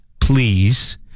please